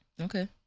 Okay